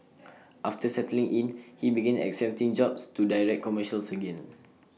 after settling in he began accepting jobs to direct commercials again